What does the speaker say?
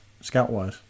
Scout-wise